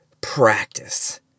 practice